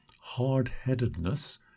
hard-headedness